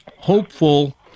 hopeful